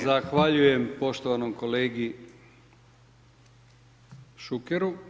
Zahvaljujem poštovanom kolegi Šukeru.